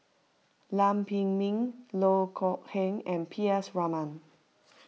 Lam Pin Min Loh Kok Heng and P S Raman